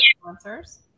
sponsors